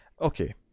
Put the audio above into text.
okay